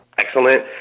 excellent